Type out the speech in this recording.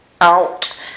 out